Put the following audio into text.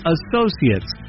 Associates